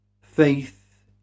Faith